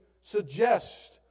suggest